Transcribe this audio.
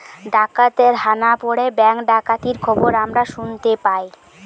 ডাকাতের হানা পড়ে ব্যাঙ্ক ডাকাতির খবর আমরা শুনতে পাই